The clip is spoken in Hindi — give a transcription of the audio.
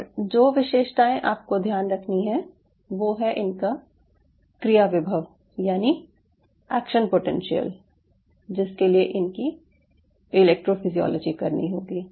और जो विशेषताएं आपको ध्यान रखनी है वो है इनका क्रिया विभव यानि एक्शन पोटेंशियल जिसके लिए इनकी इलेक्ट्रोफिजियोलॉजी करनी होगी